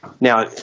Now